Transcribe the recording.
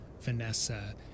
Vanessa